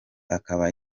akaba